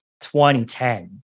2010